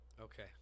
Okay